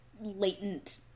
latent